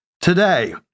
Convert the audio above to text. today